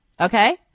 Okay